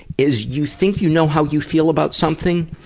is, you think you know how you feel about something,